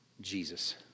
Jesus